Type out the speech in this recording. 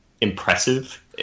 impressive